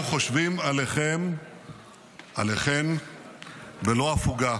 אנחנו חושבים עליכן בלא הפוגה,